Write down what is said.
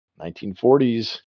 1940s